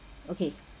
okay